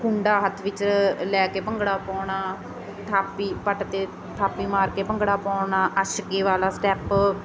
ਖੂੰਡਾ ਹੱਥ ਵਿੱਚ ਲੈ ਕੇ ਭੰਗੜਾ ਪਾਉਣਾ ਥਾਪੀ ਪੱਟ 'ਤੇ ਥਾਪੀ ਮਾਰ ਕੇ ਭੰਗੜਾ ਪਾਉਣਾ ਅਸ਼ਕੇ ਵਾਲਾ ਸਟੈਪ